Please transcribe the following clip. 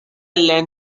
learn